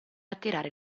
attirare